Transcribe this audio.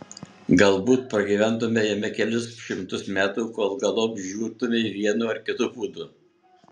galbūt pragyventumei jame kelis šimtus metų kol galop žūtumei vienu ar kitu būdu